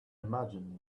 imagine